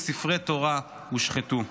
וספרי תורה הושחתו.